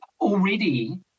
already